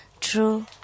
true